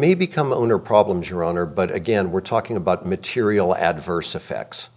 may become owner problems your honor but again we're talking about material adverse effects